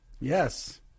Yes